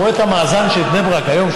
כשאתה רואה את המאזן של בני ברק היום,